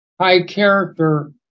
high-character